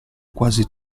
quasi